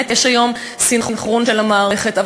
ובאמת יש היום סנכרון של המערכת.